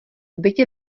bytě